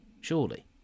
surely